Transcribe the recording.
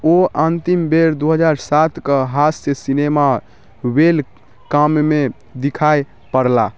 ओ अंतिम बेर दू हजार सात कऽ हास्य सिनेमा वेलकममे दिखाइ पड़लाह